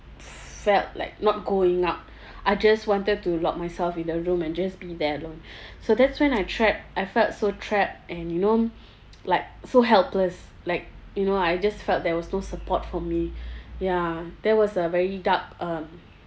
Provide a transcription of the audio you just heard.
felt like not going up I just wanted to lock myself in the room and just be there alone so that's when I trapped I felt so trapped and you know like so helpless like you know I just felt there was no support for me ya that was a very dark um